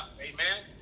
Amen